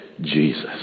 Jesus